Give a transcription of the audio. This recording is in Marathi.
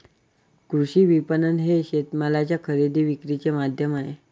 कृषी विपणन हे शेतमालाच्या खरेदी विक्रीचे माध्यम आहे